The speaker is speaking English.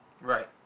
Right